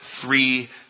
three